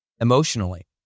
emotionally